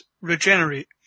Regenerate